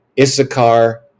Issachar